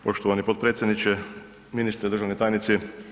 Poštovani potpredsjedniče, ministre, državni tajnici.